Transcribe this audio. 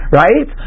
right